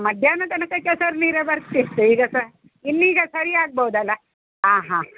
ಮಧ್ಯಾಹ್ನ ತನಕ ಕೆಸರು ನೀರೆ ಬರ್ತಿತ್ತು ಈಗ ಸಹ ಇನ್ನೀಗ ಸರಿ ಆಗ್ಬೋದಲ್ಲ ಹಾಂ ಹಾಂ